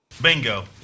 Bingo